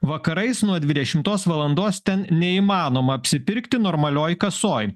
vakarais nuo dvidešimtos valandos ten neįmanoma apsipirkti normalioj kasoj